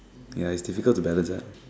ya it's difficult to balance